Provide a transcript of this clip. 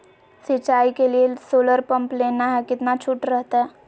सिंचाई के लिए सोलर पंप लेना है कितना छुट रहतैय?